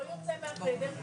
לא יוצא מהחדר.